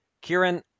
Kieran